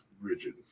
rigid